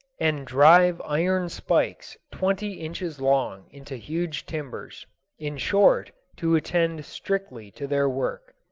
and drive iron spikes twenty inches long into huge timbers in short, to attend strictly to their work.